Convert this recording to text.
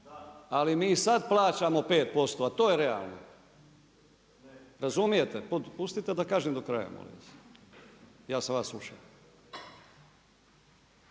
Ali mi i sad plaćamo 5% a to je realno, razumijete? Pustite da kažem do kraja, molim vas, ja sam vas slušao.